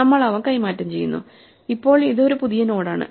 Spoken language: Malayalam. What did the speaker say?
നമ്മൾ അവ കൈമാറ്റം ചെയ്യുന്നു ഇപ്പോൾ ഇത് ഒരു പുതിയ നോഡാണ്